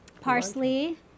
parsley